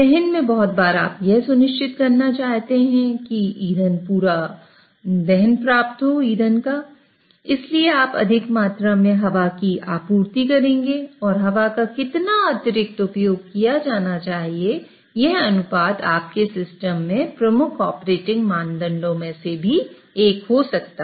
दहन में बहुत बार आप यह सुनिश्चित करना चाहते हैं कि ईंधन का पूरा दहन प्राप्त हो इसलिए आप अधिक मात्रा में हवा की आपूर्ति करेंगे और हवा का कितना अतिरिक्त उपयोग किया जाना चाहिए यह अनुपात आपके सिस्टम के प्रमुख ऑपरेटिंग मापदंडों में से भी एक हो सकता है